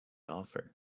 offer